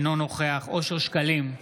אינו נוכח אושר שקלים,